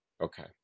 Okay